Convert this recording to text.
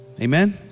Amen